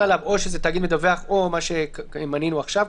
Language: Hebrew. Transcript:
או שזה תאגיד מדווח או מה שמנינו עכשיו,